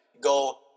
go